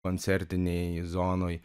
koncertinėj zonoj